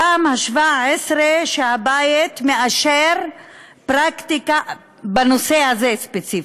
הפעם ה-17 שהבית מאשר פרקטיקה בנושא הזה ספציפית,